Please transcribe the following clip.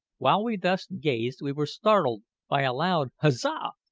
while we thus gazed we were startled by a loud huzza!